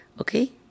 okay